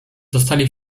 zostali